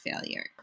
failure